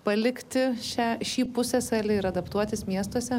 palikti šią šį pusiasalį ir adaptuotis miestuose